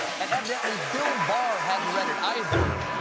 and evidently bill barr hadn't read it either.